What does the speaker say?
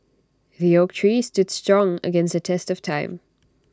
the oak tree stood strong against the test of time